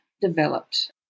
developed